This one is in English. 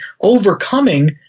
overcoming